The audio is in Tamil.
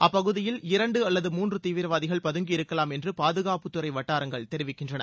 அப்பகுதியில் இரண்டு அல்லது மூன்று தீவிரவாதிகள் பதங்கியிருக்கலாம் என்று பாதகாப்புத்துறை வட்டாரங்கள் தெரிவிக்கின்றன